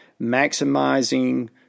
maximizing